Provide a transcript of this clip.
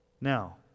Now